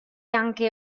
anche